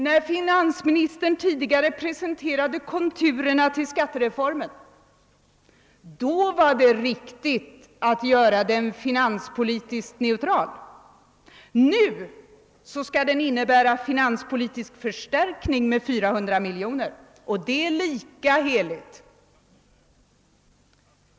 När finansministern tidigare presenterade konturerna till skattereformen var det riktigt att göra denna finanspolitiskt neutral, nu skall den innebära en finanspolitisk förstärkning med 400 miljoner, och det är lika heligt.